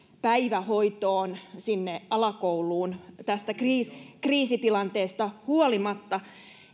päivähoitoon sinne alakouluun tästä kriisitilanteesta huolimatta